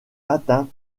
atteint